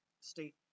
state